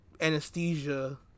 anesthesia